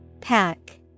Pack